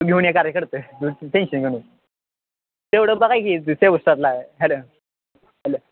तु घेऊन ये कार्यकर्ते तु टेंशन घेऊ नको तेवढं बघा की सेव्हन स्टारला हॅलो हॅलो